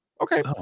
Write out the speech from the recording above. okay